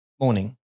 morning